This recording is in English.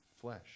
flesh